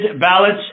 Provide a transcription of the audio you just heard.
ballots